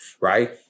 right